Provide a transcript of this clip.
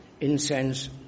incense